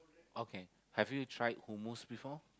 okay have you tried hummus before